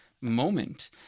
moment